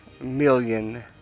million